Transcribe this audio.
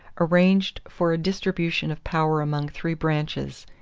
arranged for a distribution of power among three branches,